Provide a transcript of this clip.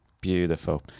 Beautiful